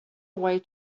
away